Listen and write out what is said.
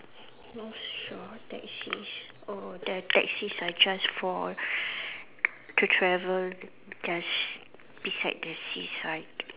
North Shore taxis oh the taxis are just for to travel just beside the seaside